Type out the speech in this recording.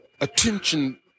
attention